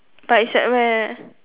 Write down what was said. but it's at where